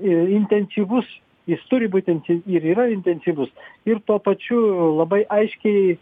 intensyvus jis turi būtiir yra intensyvus ir tuo pačiu labai aiškiai